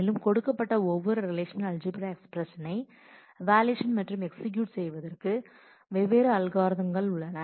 மேலும் கொடுக்கப்பட்ட ஒவ்வொரு ரிலேஷநல் அல்ஜிபிரா எஸ்பிரஸனை ஈவாலுவேஷன் மற்றும் எக்சீக்யூட் செய்வதற்கு வெவ்வேறு அல்கோரிதம் உள்ளன